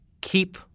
keep